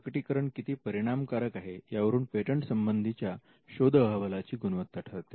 प्रकटीकरण किती परिणामकारक आहे यावरून पेटंट संबंधीच्या शोध अहवालाची गुणवत्ता ठरते